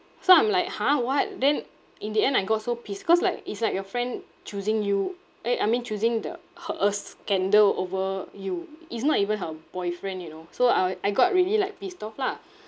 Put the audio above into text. so I'm like !huh! what then in the end I got so pissed cause like it's like your friend choosing you eh I mean choosing the her uh scandal over you it's not even her boyfriend you know so uh I got really like pissed off lah